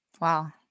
Wow